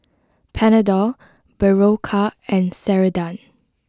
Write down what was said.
Panadol Berocca and Ceradan